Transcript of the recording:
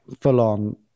full-on